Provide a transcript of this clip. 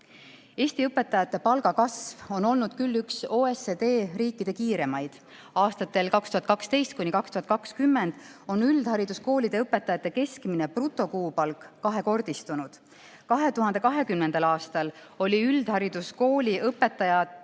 Eesti õpetajate palga kasv on olnud küll üks OECD riikide kiiremaid. Aastatel 2012–2020 üldhariduskoolide õpetajate keskmine brutokuupalk kahekordistus. 2020. aastal oli üldhariduskooli õpetaja